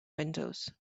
windows